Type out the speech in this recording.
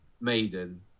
Maiden